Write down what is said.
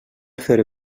fer